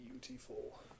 beautiful